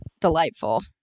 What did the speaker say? delightful